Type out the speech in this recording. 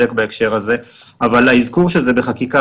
אבל האזכור של זה בחקיקה,